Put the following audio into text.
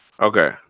Okay